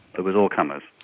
it was all comers.